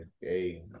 hey